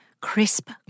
crisp